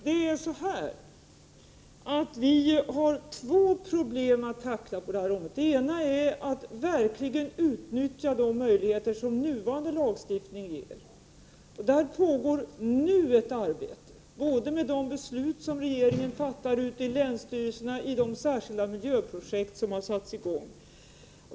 Prot. 1988/89:9 Herr talman! Vi har två problem att tackla på det här området. Det ena är 13 oktober 1988 att verkligen utnyttja de möjligheter som nuvarande lagstiftning ger. Där pågår ett arbete både med de beslut som regeringen fattar och med de projekt SAG AN som har satts i gång ute i länsstyrelserna.